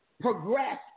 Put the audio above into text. progress